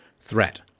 threat